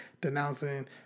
denouncing